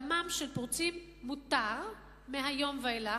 דמם של פורצים מותר מהיום ואילך,